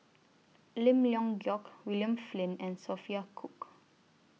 Lim Leong Geok William Flint and Sophia Cook